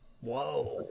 Whoa